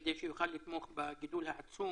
כדי שיוכל לתמוך בגידול העצום